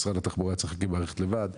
משרד התחבורה היה צריך להקים מערכת לבד,